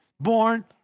Born